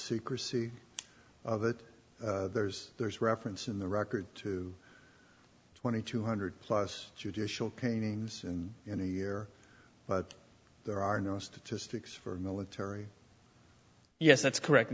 secrecy that there's there's reference in the record to twenty two hundred plus judicial canings and in a year but there are no statistics for military yes that's correct